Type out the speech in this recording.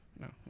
no